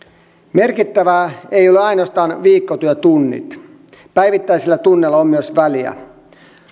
merkittävää ei ole ainoastaan viikkotyötunnit päivittäisillä tunneilla on myös väliä